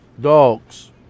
Dogs